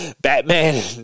Batman